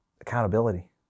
accountability